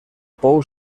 pou